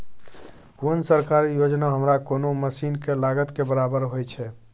कोन सरकारी योजना हमरा कोनो मसीन के लागत के बराबर होय छै?